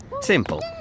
Simple